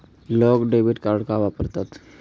लोक debit card का वापरतात?